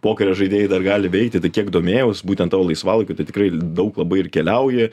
pokerio žaidėjai dar gali veikti tai kiek domėjaus būtent tavo laisvalaikiu tai tikrai daug labai ir keliauji